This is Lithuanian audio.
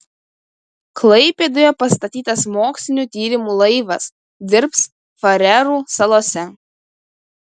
klaipėdoje pastatytas mokslinių tyrimų laivas dirbs farerų salose